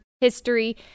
history